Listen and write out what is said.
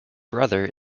brother